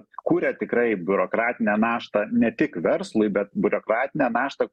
kuria tikrai biurokratinę naštą ne tik verslui bet biurokratinę naštą